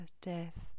death